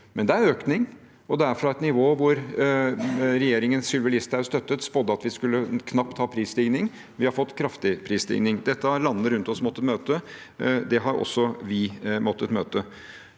Men det er økning, og det er fra et nivå hvor regjeringen som Sylvi Listhaug støttet, spådde at vi knapt skulle ha prisstigning. Vi har fått kraftig prisstigning. Dette har landene rundt oss måttet møte. Det har også vi måttet møte.